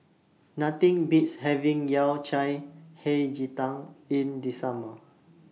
Nothing Beats having Yao Cai Hei Ji Tang in The Summer